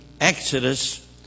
Exodus